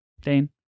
Dane